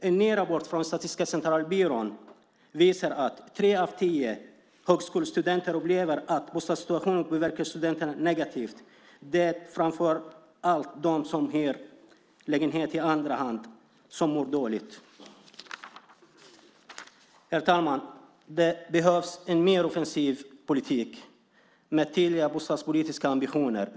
En ny rapport från Statistiska centralbyrån visar att tre av tio högskolestudenter upplever att bostadssituationen påverkar studenterna negativt. Det är framför allt de som hyr lägenhet i andra hand som mår dåligt. Herr talman! Det behövs en mer offensiv politik med tydliga bostadspolitiska ambitioner.